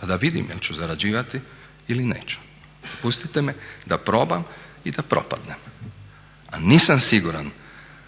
pa da vidim jel ću zarađivati ili neću. Pustite me da probam i da propadnem. Nisam siguran